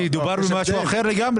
כי דובר על משהו אחר לגמרי.